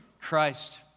Christ